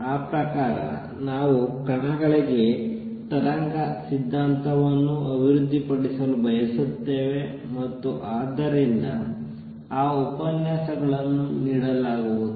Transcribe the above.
ಆ ಪ್ರಕಾರ ನಾವು ಕಣಗಳಿಗೆ ತರಂಗ ಸಿದ್ಧಾಂತವನ್ನು ಅಭಿವೃದ್ಧಿಪಡಿಸಲು ಬಯಸುತ್ತೇವೆ ಮತ್ತು ಆದ್ದರಿಂದ ಆ ಉಪನ್ಯಾಸಗಳನ್ನು ನೀಡಲಾಗುವುದು